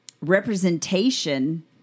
representation